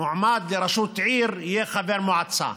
שמועמד לראשות עיר יהיה חבר מועצה.